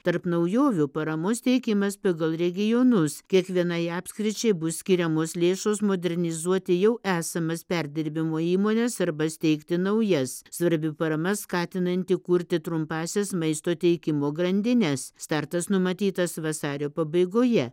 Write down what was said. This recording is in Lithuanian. tarp naujovių paramos teikimas pagal regionus kiekvienai apskričiai bus skiriamos lėšos modernizuoti jau esamas perdirbimo įmones arba steigti naujas svarbi parama skatinanti kurti trumpąsias maisto teikimo grandines startas numatytas vasario pabaigoje